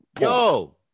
Yo